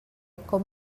com